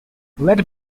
let